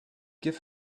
give